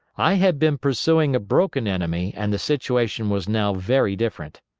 i had been pursuing a broken enemy and the situation was now very different